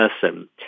person